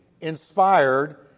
inspired